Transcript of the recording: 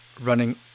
running